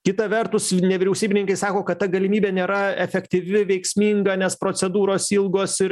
kita vertus nevyriausybininkai sako kad ta galimybė nėra efektyvi veiksminga nes procedūros ilgos ir